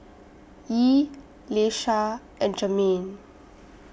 Yee Leisha and Jermain